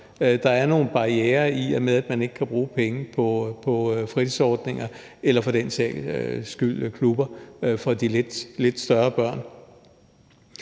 Der er nogle barrierer, i og med at man ikke kan bruge pengene på fritidsordninger eller for den sags skyld klubber for de lidt større børn.